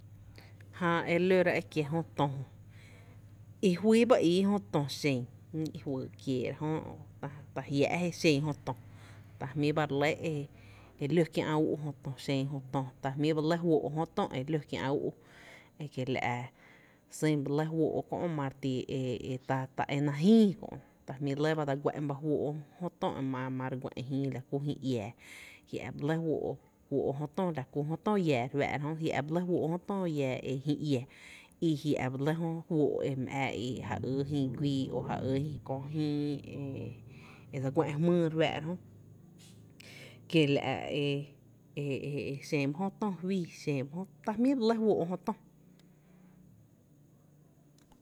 Jää ere lóra e kiee’ jö tö jö, i fýý ba ii jö tö xen ñí’ fyy kieera jö ta jiáá’ je xen jötö ta jmíí ba re lɇ e ló kiä’ úú’ jötö, ta jmí ba lɇ fóó’ jötö ekiela’ sýn ba lɇ fóó’ ka kö’ e mare ti ta é náá’ jïï kö’, ta jmí’ lɇ, dsa guá’n ba fóó’ jö tö ma re guá’n jïï la kú jïï iää jiá’ ba lɇ fóó’ jö tö, la ku jö tö llⱥⱥ, jia’ ba lɇ fóó’ jötö llⱥⱥ e jïï iää i jia’ ba lɇ fóó’ jö e ma re ja yy jïï guii o ja yy kö jyy e e e dse guá’n jmýý re fáára kiela’ e xen ba jö tö i fíí, ta jmí’ re lɇ fóó’ jö tö.